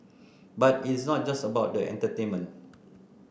but it is not just about the entertainment